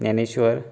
Dnyaneshwar